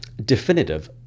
definitive